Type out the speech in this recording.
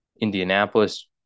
Indianapolis